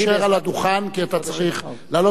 תישאר על הדוכן, כי אתה צריך לעלות.